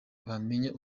bamenya